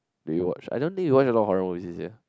do you watch I don't think you watch a lot horror movie this year